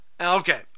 Okay